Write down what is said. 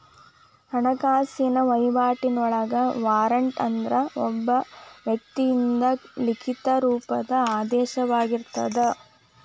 ಹಣಕಾಸಿನ ವಹಿವಾಟಿನೊಳಗ ವಾರಂಟ್ ಅಂದ್ರ ಒಬ್ಬ ವ್ಯಕ್ತಿಯಿಂದ ಲಿಖಿತ ರೂಪದ ಆದೇಶವಾಗಿರತ್ತ